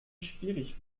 schwierig